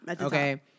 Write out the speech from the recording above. Okay